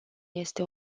este